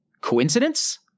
Coincidence